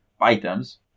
items